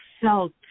felt